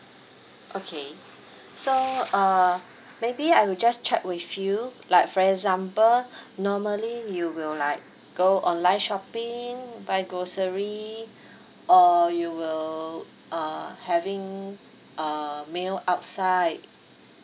okay so uh maybe I will just check with you like for example normally you will like go online shopping buy grocery or you will uh having uh meal outside